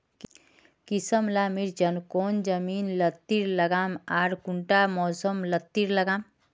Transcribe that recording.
किसम ला मिर्चन कौन जमीन लात्तिर लगाम आर कुंटा मौसम लात्तिर लगाम?